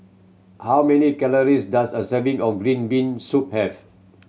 how many calories does a serving of green bean soup have